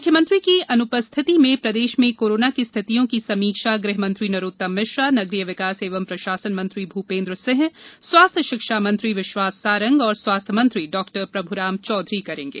मुख्यमंत्री की अनुपस्थिति में प्रदेश में कोरोना की स्थितियों की समीक्षा गृह मंत्री नरोत्तम मिश्रा नगरीय विकास एवं प्रशासन मंत्री भूपेंद्र सिंह स्वास्थ्य शिक्षा मंत्री विश्वास सारंग और स्वास्थ्य मंत्री डॉ प्रभुराम चौधरी करेंगे